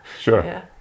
Sure